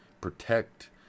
protect